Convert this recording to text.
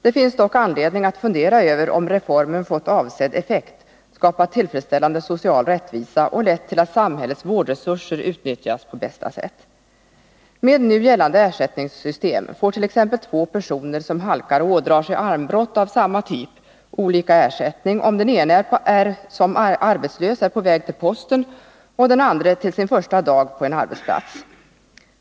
Det finns dock anledning att fundera över om reformen fått avsedd effekt, skapat tillfredsställande social rättvisa och lett till att samhällets vårdresurser utnyttjas på bästa sätt. Med nu gällande ersättningssystem får t.ex. två personer som halkar och ådrar sig armbrott av samma typ faktiskt olika ersättning — om den ene som arbetslös är på väg till posten och den andre till sin första dag på en arbetsplats.